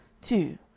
Two